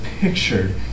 pictured